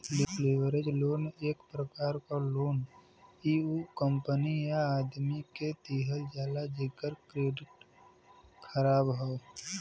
leverage loan एक प्रकार क लोन इ उ कंपनी या आदमी के दिहल जाला जेकर क्रेडिट ख़राब हौ